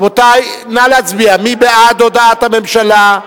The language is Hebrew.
רבותי, נא להצביע, מי בעד הודעת הממשלה?